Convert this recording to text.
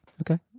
Okay